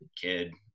kid